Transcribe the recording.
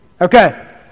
Okay